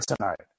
tonight